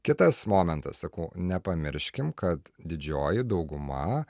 kitas momentas sakau nepamirškim kad didžioji dauguma